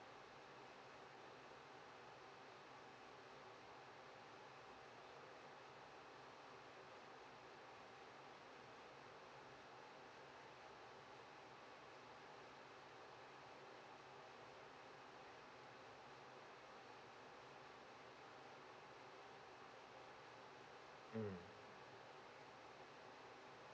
mm